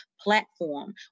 platform